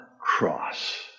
cross